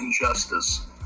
injustice